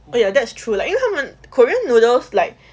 oh ya that's true like 因为他们 korean noodles like